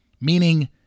Meaning